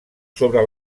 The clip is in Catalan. sobre